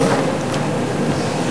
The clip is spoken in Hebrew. אדוני.